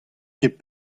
ket